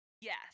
Yes